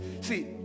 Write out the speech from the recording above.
See